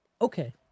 okay